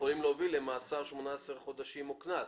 יכול להוביל למאסר של 18 חודשים או לקנס.